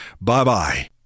Bye-bye